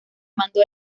mando